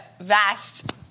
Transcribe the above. vast